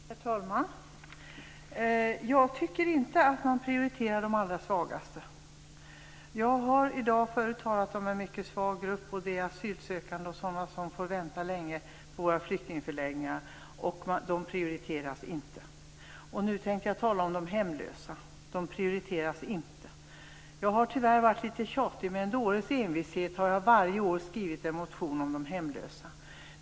Herr talman! Jag tycker inte att man prioriterar de allra svagaste. Jag har i dag förut talat om en mycket svag grupp, nämligen asylsökande och sådana som får vänta länge på våra flyktingförläggningar. De prioriteras inte. Nu tänkte jag tala om de hemlösa. De prioriteras inte. Jag har tyvärr varit litet tjatig. Med en dåres envishet har jag varje år skrivit en motion om de hemlösa.